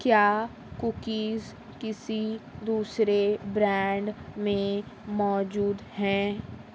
کیا کوکیز کسی دوسرے برانڈ میں موجود ہیں